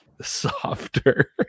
softer